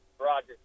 Roger